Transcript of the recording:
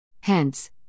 Hence